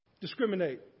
Discriminate